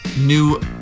new